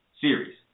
series